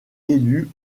élus